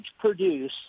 produce